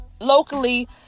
locally